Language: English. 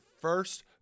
first